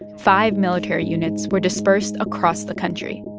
five military units were dispersed across the country.